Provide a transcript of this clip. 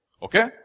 Okay